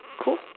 Cool